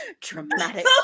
dramatic